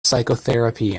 psychotherapy